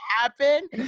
happen